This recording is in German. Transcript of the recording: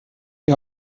die